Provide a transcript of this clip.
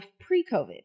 pre-COVID